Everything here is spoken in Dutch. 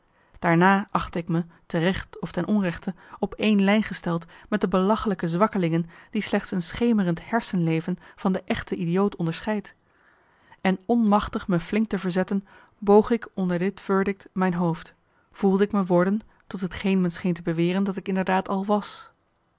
daarna achtte ik me te recht of ten onrechte op één lijn gesteld met de belachelijke zwakkelingen die slechts een schemerend hersenleven van de echte idioot onderscheidt en onmachtig me flink te verzetten boog ik onder dit verdict mijn hoofd voelde ik me worden tot t geen men scheen te beweren dat ik inderdaad al was